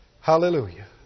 Hallelujah